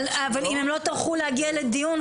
אבל אם הם לא טרחו להגיע לדיון,